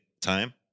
time